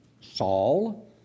Saul